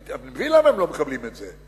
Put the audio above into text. אני מבין למה הם לא מקבלים את זה,